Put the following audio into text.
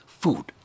food